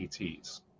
ETs